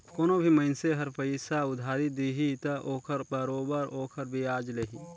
कोनो भी मइनसे ह पइसा उधारी दिही त ओखर बरोबर ओखर बियाज लेही